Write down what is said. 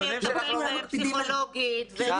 לא כולם מקפידים על הכול.